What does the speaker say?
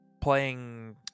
playing